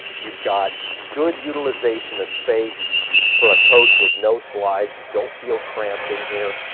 you've got good utilization of space for a coach with no slides. you don't feel cramped in here.